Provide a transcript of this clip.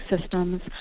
systems